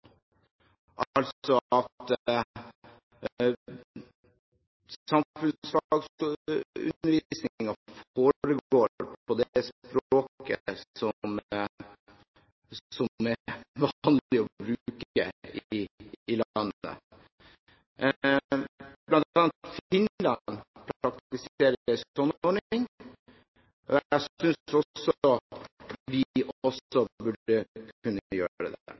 altså at samfunnsfagundervisningen foregår på det språket som det er vanlig å bruke i landet. Blant annet Finland praktiserer en slik ordning. Jeg synes også vi burde kunne gjøre